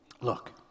look